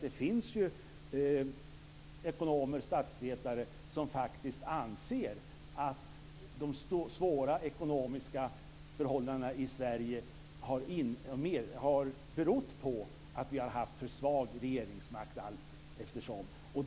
Det finns ju ekonomer och statsvetare som faktiskt anser att de svåra ekonomiska förhållandena i Sverige har berott på att vi har haft för svag regeringsmakt allteftersom.